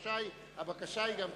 שהבקשה היא גם קשה.